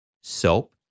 Soap